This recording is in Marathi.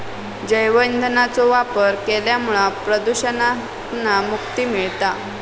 जैव ईंधनाचो वापर केल्यामुळा प्रदुषणातना मुक्ती मिळता